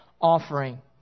offering